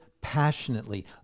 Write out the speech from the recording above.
passionately